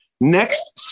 next